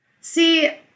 See